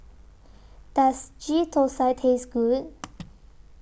Does Ghee Thosai Taste Good